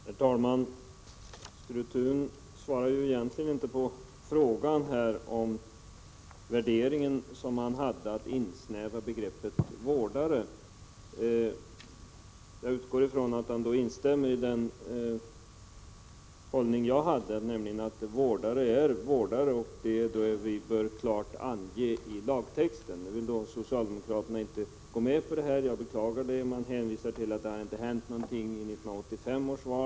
Herr talman! Sture Thun svarade egentligen inte på frågan beträffande insnävning av begreppet vårdare. Jag utgår ifrån att han instämmer i min uppfattning, nämligen att vårdare är vårdare och att detta bör klart anges i lagen. Jag beklagar att socialdemokraterna inte vill gå med på detta. Det hänvisas till att det inte hände någonting vid 1985 års val.